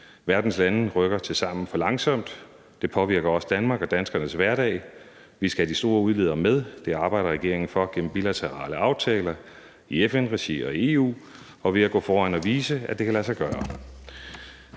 Verdens lande rykker tilsammen for langsomt, og det påvirker også Danmark og danskernes hverdag. Vi skal have de store udledere med, og det arbejder regeringen for gennem bilaterale aftaler i FN-regi og i EU og ved at gå foran og vise, at det kan lade sig gøre.